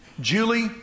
Julie